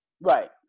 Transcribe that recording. Right